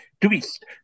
twist